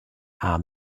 our